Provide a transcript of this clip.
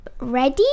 Ready